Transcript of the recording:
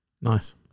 Nice